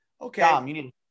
Okay